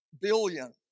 billion